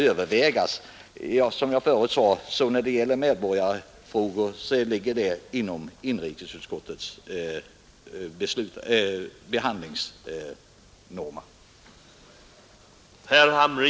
Men som jag förut framhöll ligger frågor om medborgarskap inom inrikesutskottets handläggningsområde.